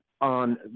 On